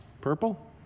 Purple